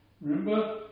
remember